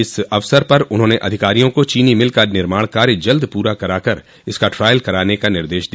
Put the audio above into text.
इस अवसर पर उन्होंने अधिकारियों को चीनी मिल का निर्माण कार्य जल्द पूरा करा कर इसका ट्रायल कराने का निर्देश दिया